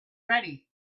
ready